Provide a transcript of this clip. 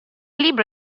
libro